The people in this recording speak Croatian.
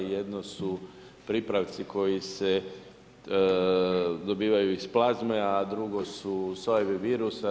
Jedno su pripravci koji se dobivaju iz plazme, a drugo su sojevi virusa.